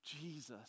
Jesus